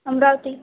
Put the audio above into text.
Amravati